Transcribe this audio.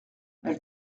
elle